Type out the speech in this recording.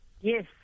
Yes